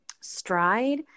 stride